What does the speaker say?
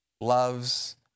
loves